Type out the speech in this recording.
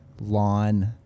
lawn